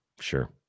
Sure